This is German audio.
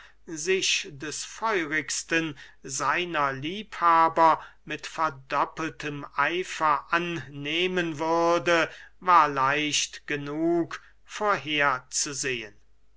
sich des feurigsten seiner liebhaber mit verdoppeltem eifer annehmen würde war leicht genug